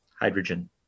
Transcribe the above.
hydrogen